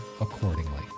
accordingly